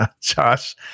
Josh